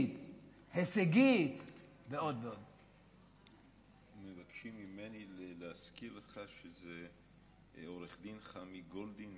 מאוד מאוד רחב של תלמידים שהצרכים הייחודיים